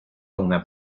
una